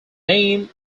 name